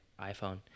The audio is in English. iPhone